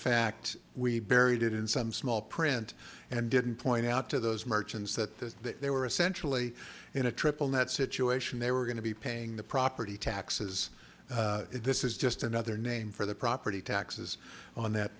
fact we buried it in some small print and didn't point out to those merchants that they were essentially in a triple net situation they were going to be paying the property taxes this is just another name for the property taxes on that